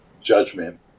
judgment